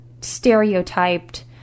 stereotyped